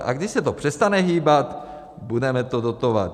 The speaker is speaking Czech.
A když se to přestane hýbat, budeme to dotovat.